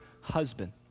husband